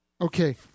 Okay